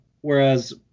Whereas